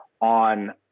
on